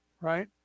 right